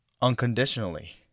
unconditionally